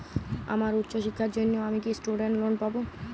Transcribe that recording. আমার উচ্চ শিক্ষার জন্য আমি কি স্টুডেন্ট লোন পাবো